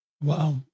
Wow